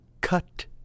Cut